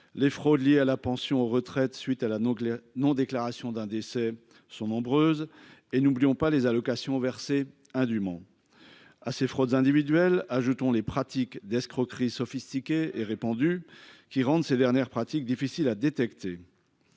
Les fraudes liées à la pension retraite suite à la non non déclaration d'un décès sont nombreuses et n'oublions pas les allocations versées indûment. À ces fraudes individuelles jetons les pratiques d'escroquerie sophistiqués et répandus qui rendent ces dernières pratiques difficile à détecter.